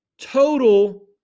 Total